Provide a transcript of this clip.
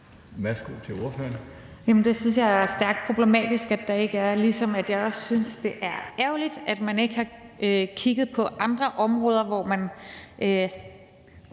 det synes jeg er stærkt problematisk, ligesom jeg også synes, det er ærgerligt, at man ikke har kigget på andre områder, hvor man,